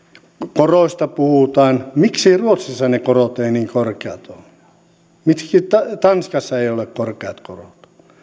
koroista puhutaan miksi ruotsissa ne korot eivät ole niin korkeat miksi tanskassa ei ole korkeat korot